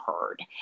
heard